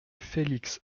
felix